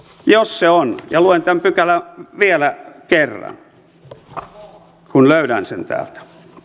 jos se on ja luen tämän pykälän vielä kerran kunhan löydän sen täältä